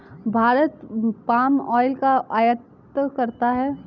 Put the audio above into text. Bharat palm oil का आयात करता है